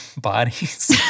bodies